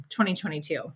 2022